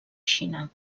xina